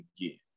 again